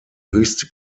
höchste